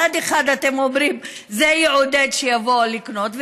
מצד אחד אתם אומרים: זה יעודד שיבואו לקנות,